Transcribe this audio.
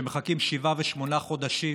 שמחכים שבעה ושמונה חודשים